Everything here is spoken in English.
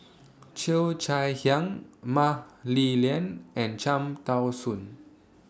Cheo Chai Hiang Mah Li Lian and Cham Tao Soon